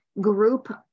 group